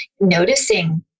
noticing